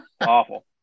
awful